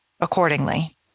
accordingly